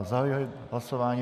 Zahajuji hlasování.